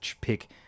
pick